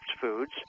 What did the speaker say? Foods